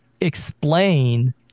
explain